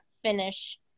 finish